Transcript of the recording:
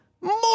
more